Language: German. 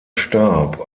starb